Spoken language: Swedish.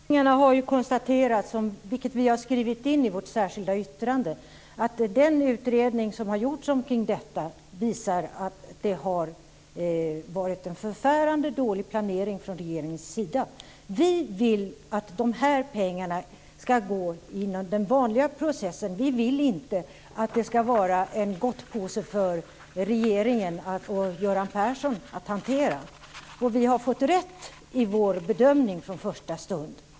Fru talman! När det gäller Östersjösatsningarna har ju konstaterats, vilket vi skrivit in i vårt särskilda yttrande, att den utredning som gjorts om den visar att det har varit en förfärande dålig planering från regeringens sida. Vi vill att de här pengarna ska gå inom den vanliga processen. Vi vill inte att det ska vara en gottpåse för regeringen och Göran Persson att hantera. Vi har fått rätt i vår bedömning från första stund.